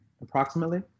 Approximately